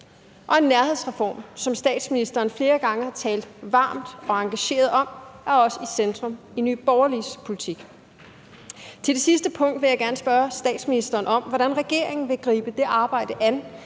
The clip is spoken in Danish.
og en nærhedsreform, som statsministeren flere gange har talt varmt og engageret om, er også i centrum for Nye Borgerliges politik. Til det sidste punkt vil jeg gerne spørge statsministeren om, hvordan regeringen vil gribe det arbejde an,